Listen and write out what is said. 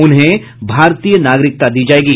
उन्हें भारतीय नागरिकता दी जाएगी